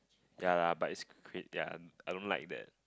ya lah but is quite I don't like that